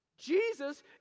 Jesus